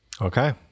Okay